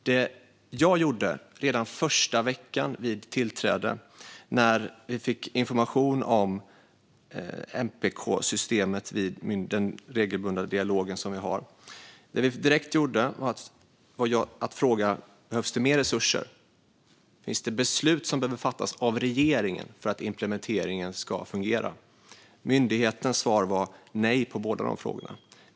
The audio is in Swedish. Det som jag gjorde redan den första veckan när jag hade tillträtt, när vi fick information om MPK-systemet vid den regelbundna dialog som vi har med myndigheten, var att fråga om det behövs mer resurser och om det finns beslut som behöver fattas av regeringen för att implementeringen ska fungera. Myndighetens svar var nej på båda dessa frågor.